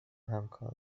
همکارت